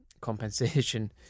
compensation